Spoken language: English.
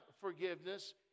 forgiveness